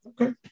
Okay